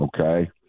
okay